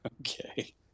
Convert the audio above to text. Okay